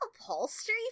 upholstery